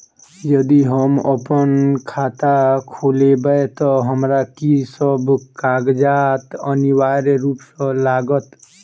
यदि हम अप्पन खाता खोलेबै तऽ हमरा की सब कागजात अनिवार्य रूप सँ लागत?